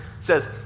says